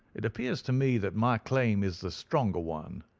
it appears to me that my claim is the stronger one.